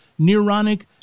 neuronic